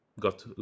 got